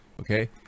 okay